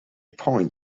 point